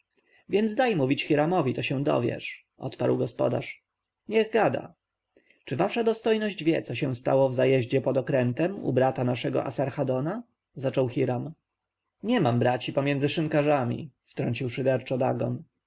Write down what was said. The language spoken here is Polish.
więc daj mówić hiramowi to się dowiesz odparł gospodarz niech gada czy wasza dostojność wie co się stało w zajeździe pod okrętem u brata naszego asarhadona zaczął hiram nie mam braci pomiędzy szynkarzami wtrącił szyderczo